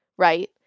right